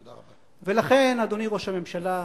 ולכן, אדוני, ראש הממשלה,